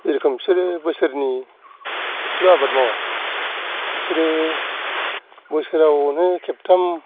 जेरखम बिसोरो बोसोरनि खेबसेल' आबाद मावा बिसोरो बोसोराव अनेक खेबथाम